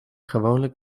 gewoonlijk